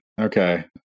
Okay